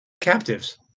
captives